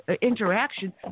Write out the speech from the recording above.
interaction